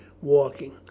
walking